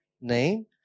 name